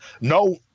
no